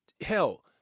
hell